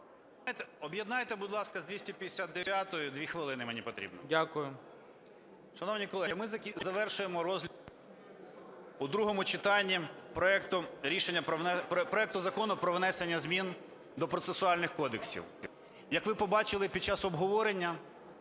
Об'єднайте, будь ласка, з 259-ю, дві хвилини мені потрібно. ГОЛОВУЮЧИЙ. Дякую. 14:04:40 МАКАРОВ О.А. Шановні колеги, ми завершуємо розгляд у другому читанні проекту Закону про внесення змін до процесуальних кодексів. Як ви побачили під час обговорення,